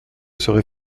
serait